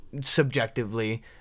subjectively